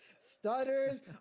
stutters